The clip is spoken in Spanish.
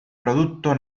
producto